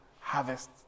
harvest